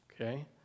Okay